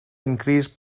increased